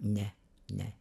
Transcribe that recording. ne ne